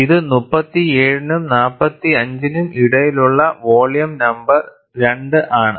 ഇത് 37 നും 45 നും ഇടയിലുള്ള വോളിയം നമ്പർ 2 ആണ്